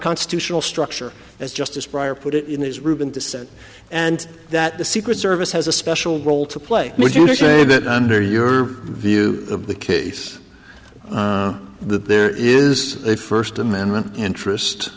constitutional structure as justice prior put it is ruben descent and that the secret service has a special role to play would you say that under your view of the case that there is a first amendment interest